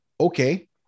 okay